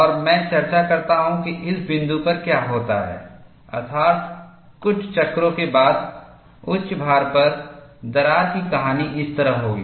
और मैं चर्चा करता हूँ कि इस बिंदु पर क्या होता है अर्थात् कुछ चक्रों के बाद उच्च भार पर दरार की कहानी इस तरह होगी